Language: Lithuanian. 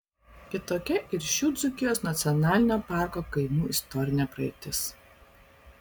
kitokia ir šių dzūkijos nacionalinio parko kaimų istorinė praeitis